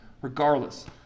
regardless